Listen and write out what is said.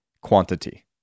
quantity